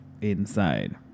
inside